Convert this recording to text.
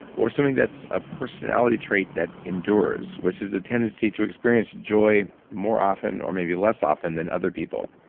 or something that's a personality trait that endures. which is the tendency to experience joy more often or maybe less often than other people.